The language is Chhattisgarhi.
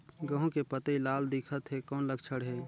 गहूं के पतई लाल दिखत हे कौन लक्षण हे?